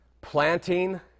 planting